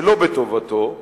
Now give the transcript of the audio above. שלא בטובתו,